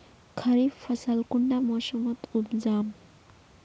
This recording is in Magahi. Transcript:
खरीफ फसल कुंडा मोसमोत उपजाम?